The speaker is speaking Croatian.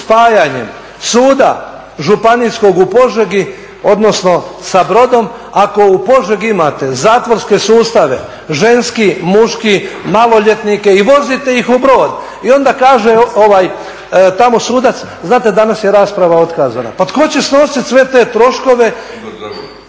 spajanjem Suda županijskog u Požegi odnosno sa Brodom, ako u Požegi imate zatvorske sustave ženski, muški, maloljetnike i vozite ih u Brod. I onda kaže tamo sudac, znate danas je rasprava otkazana. Pa tko će snositi sve te troškove